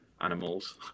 animals